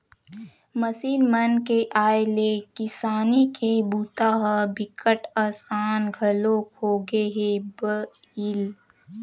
machine मन के आए ले किसानी के बूता ह बिकट असान घलोक होगे हे भईर